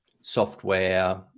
software